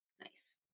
Nice